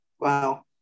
Wow